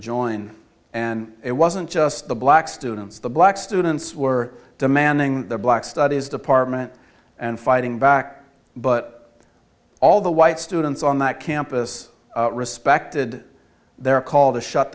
join and it wasn't just the black students the black students were demanding their black studies department and fighting back but all the white students on that campus respected their call to shut